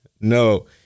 No